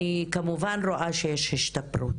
אני כמובן רואה שיש שיפור.